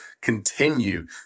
continue